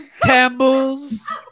Campbell's